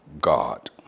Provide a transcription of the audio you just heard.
God